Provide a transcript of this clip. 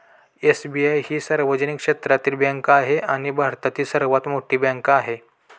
SBI ही सार्वजनिक क्षेत्रातील बँक आहे आणि भारतातील सर्वात मोठी बँक आहे